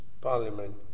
parliament